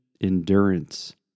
endurance